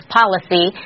policy